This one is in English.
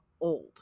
old